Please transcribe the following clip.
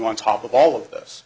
on top of all of this